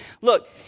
Look